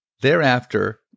Thereafter